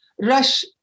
Rush